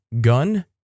Gun